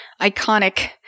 iconic